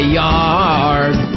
yard